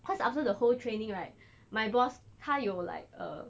cause after the whole training right my boss 他有 like err